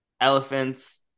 elephants